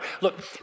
Look